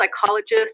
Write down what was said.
psychologist